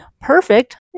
perfect